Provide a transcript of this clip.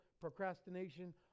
procrastination